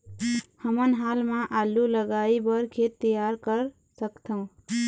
हमन हाल मा आलू लगाइ बर खेत तियार कर सकथों?